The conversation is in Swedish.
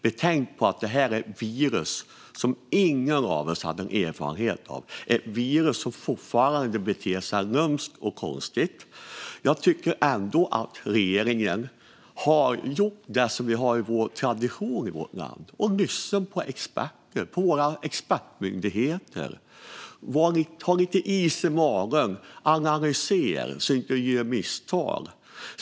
Betänk att det här är ett virus som ingen av oss hade erfarenhet av. Det är ett virus som fortfarande beter sig lömskt och konstigt. Jag tycker att regeringen har gjort det som vi har som tradition att göra i vårt land och lyssnat på experter och på våra expertmyndigheter - man har haft lite is i magen och analyserat för att inte göra misstag.